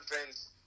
friends